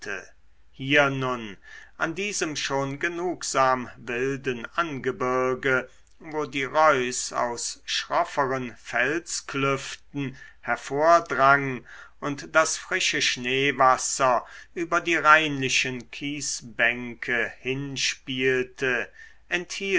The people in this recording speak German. hier nun an diesem schon genugsam wilden angebirge wo die reuß aus schrofferen felsklüften hervordrang und das frische schneewasser über die reinlichen kiesbänke hinspielte